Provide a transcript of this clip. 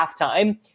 halftime